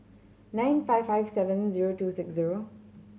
nine five five seven zero two six zero